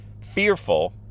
fearful